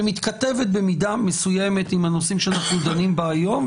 שמתכתבת במידה מסוימת עם הנושאים שאנחנו דנים בהם היום,